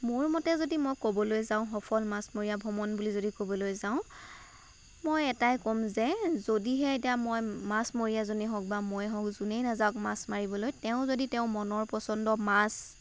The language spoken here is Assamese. মোৰ মতে যদি মই ক'বলৈ যাওঁ সফল মাছমৰীয়া ভ্ৰমণ বুলি যদি ক'বলৈ যাওঁ মই এটাই ক'ম যে যদিহে এতিয়া মই মাছমৰীয়াজনী হওক বা ময়ে হওক যোনেই নাজাওক মাছ মাৰিবলৈ তেওঁ যদি তেওঁৰ মনৰ পচন্দৰ মাছ